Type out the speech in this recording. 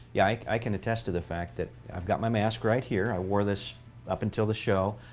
yeah, like i can attest to the fact that i've got my mask right here. i wore this up until the show.